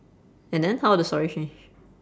and then how will the story change